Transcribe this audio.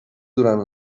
durant